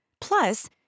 Plus